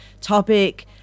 topic